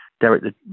Derek